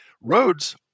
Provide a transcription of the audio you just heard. Roads